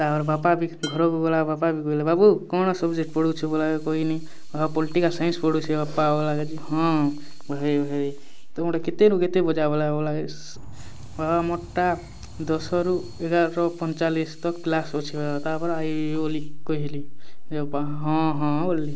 ତା'ର୍ପରେ ବାପା ବି ଘରକୁ ଗଲା ବାପା ବି କହିଲେ ବାବୁ କ'ଣ ସବଜେକ୍ଟ୍ ପଢ଼ଉଛୁ ବୋଏଲାକେ କହିଲି ବାପା ପଲିଟିକାଲ୍ ସାଇନ୍ସ ପଢ଼ଉଛି ବାପା ବୋଏଲାକେ ଯେ ହଁ ହଏ ହଏ ତମର୍ଟା କେତେ ନୁ କେତେ ବଜା ବୋଏଲାକେ ବୋଏଲାକେ ବାପା ମୋର୍ଟା ଦଶରୁ ଏଗାର ପଇଁଚାଲିଶ୍ ତକ୍ କ୍ଲାସ୍ ଅଛେ ତା'ର୍ପରେ ଆଏବି ବୋଲି କହେଲି ଯେ ବାପା ହଁ ହଁ ବଲ୍ଲେ